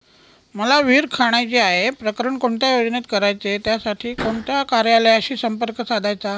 मला विहिर खणायची आहे, प्रकरण कोणत्या योजनेत करायचे त्यासाठी कोणत्या कार्यालयाशी संपर्क साधायचा?